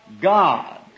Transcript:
God